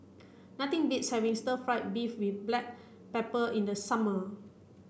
nothing beats having stir fried beef with black pepper in the summer